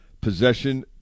possession